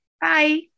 Bye